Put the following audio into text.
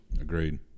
Agreed